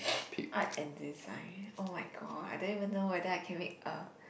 art and design oh-my-god I don't even know whether I can make a